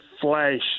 flash